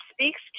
speaks